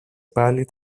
πάλι